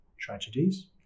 tragedies